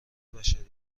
بشریت